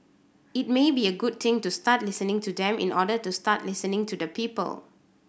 it may be a good thing to start listening to them in order to start listening to the people